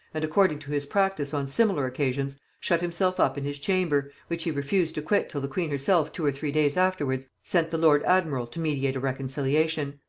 and, according to his practice on similar occasions, shut himself up in his chamber, which he refused to quit till the queen herself two or three days afterwards sent the lord admiral to mediate a reconciliation.